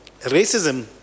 racism